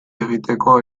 egiteko